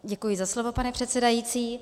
Děkuji za slovo, pane předsedající.